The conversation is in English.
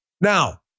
Now